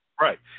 Right